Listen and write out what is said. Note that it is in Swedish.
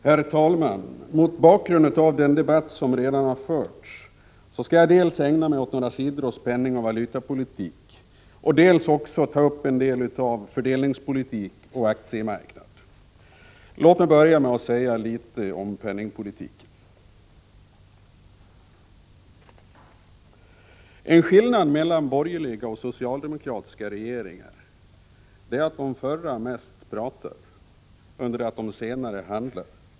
Herr talman! Mot bakgrund av den debatt som förts skall jag dels ägna mig åt några sidor av vår penningoch valutapolitik, dels ta upp fördelningspolitik och aktiemarknad. Låt mig börja med att säga något om penningpolitiken. Skillnaden mellan borgerliga och socialdemokratiska regeringar är att de förra mest pratar, under det att de senare handlar.